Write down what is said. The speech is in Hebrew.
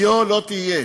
היה לא תהיה.